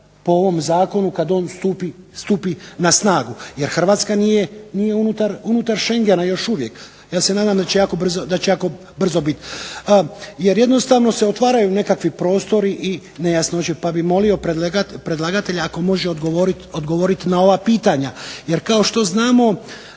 po ovom zakonu kad on stupi na snagu, jer Hrvatska nije unutar Schengena još uvijek. Ja se nadam da će brzo biti. Jer jednostavno se otvaraju nekakvi prostori i nejasnoće, pa bih molio predlagatelja ako može odgovoriti na ova pitanja. Jer kao što znamo